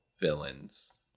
villains